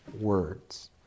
words